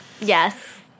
Yes